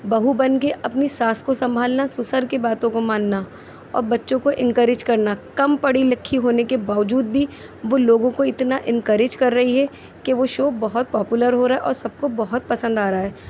بہو بن کے اپنی ساس کو سنبھالنا سسر کے باتوں کو ماننا اور بچوں کو انکریج کرنا کم پڑھی لکھی ہونے کے باوجود بھی وہ لوگوں کو اتنا انکریج کر رہی ہے کہ وہ شو بہت پاپولر ہو رہا ہے اور سب کو بہت پسند آ رہا ہے